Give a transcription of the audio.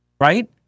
right